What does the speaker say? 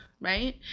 Right